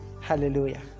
Hallelujah